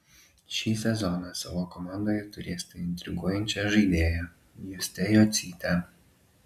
šį sezoną savo komandoje turėsite intriguojančią žaidėją justę jocytę